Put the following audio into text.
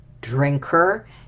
drinker